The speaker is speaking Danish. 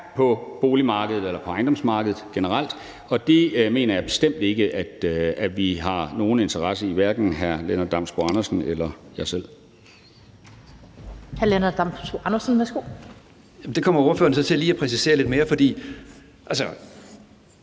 på boligmarkedet eller på ejendomsmarkedet generelt, og det mener jeg bestemt ikke at vi har nogen interesse i – hverken hr. Lennart Damsbo-Andersen eller jeg selv.